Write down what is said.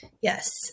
Yes